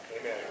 Amen